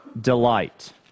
delight